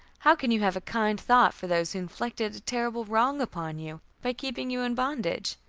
how can you have a kind thought for those who inflicted a terrible wrong upon you by keeping you in bondage?